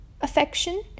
affection